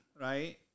Right